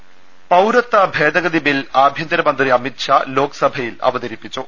ൾ ൽ ൾ പൌരത്വ ഭേദഗതി ബിൽ ആഭ്യന്തരമന്ത്രി അമിത്ഷാ ലോക്സ ഭയിൽ അവതരിപ്പിച്ചു